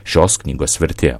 šios knygos vertėja